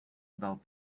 about